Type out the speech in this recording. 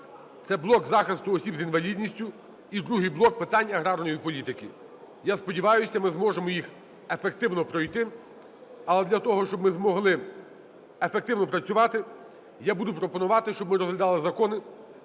це блок захисту осіб з інвалідністю і другий блок питань аграрної політики. Я сподіваюся, ми зможемо їх ефективно пройти. Але для того, щоб ми змогли ефективно працювати, я буду пропонувати, щоб ми розглядали закони